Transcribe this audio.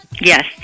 Yes